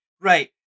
right